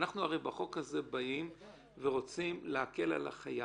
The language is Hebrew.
הרי בחוק הזה אנחנו רוצים להקל על החייב.